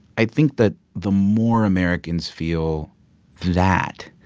i think that the more americans feel that,